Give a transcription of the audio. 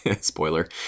spoiler